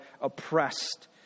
oppressed